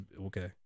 Okay